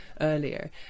earlier